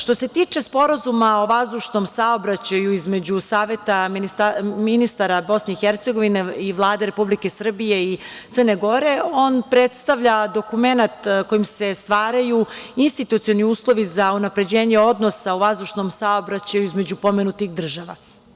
Što se tiče Sporazuma o vazdušnom saobraćaju između Saveta ministara BiH i Vlade Republike Srbije i Crne Gore, on predstavlja dokumenat kojim se stvaraju institucionalni uslovi za unapređenje odnosa u vazdušnom saobraćaju između pomenutih država.